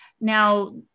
Now